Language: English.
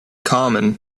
common